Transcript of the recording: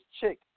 chick